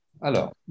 alors